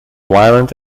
violent